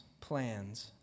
plans